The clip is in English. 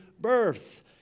birth